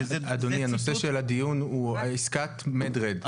אדוני, הנושא של הדיון עסקת red med.